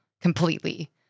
completely